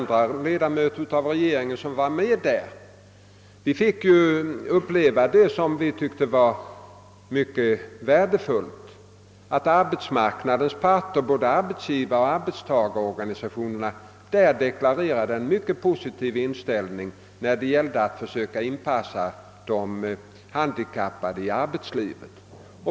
De ledamöter av regeringen som var med på den konferensen fick uppleva något som vi tyckte var mycket värdefullt: arbetsmarknadens par ter — både arbetsgivaroch arbetstagarorganisationerna — deklarerade en mycket positiv inställning när det gällde att försöka inpassa de handikappade i arbetslivet.